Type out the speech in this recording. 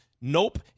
nope